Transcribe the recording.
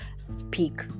speak